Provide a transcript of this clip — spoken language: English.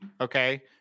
Okay